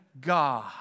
god